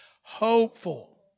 Hopeful